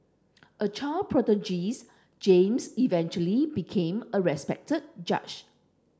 a child prodigy James eventually became a respected judge